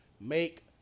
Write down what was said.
make